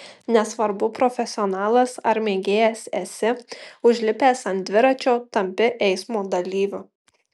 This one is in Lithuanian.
nesvarbu profesionalas ar mėgėjas esi užlipęs ant dviračio tampi eismo dalyviu